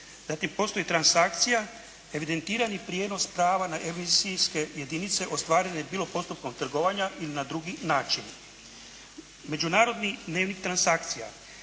Zatim, postoji transakcija evidentirani prijenos kava na emisijske jedinice ostvarene bilo postupkom trgovanja ili na drugi način. Međunarodni dnevnik transakcija.